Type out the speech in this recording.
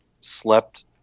slept